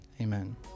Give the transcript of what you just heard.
Amen